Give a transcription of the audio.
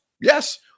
Yes